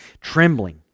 trembling